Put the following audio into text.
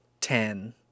ten